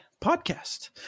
Podcast